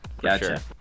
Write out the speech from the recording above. gotcha